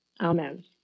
Amen